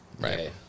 right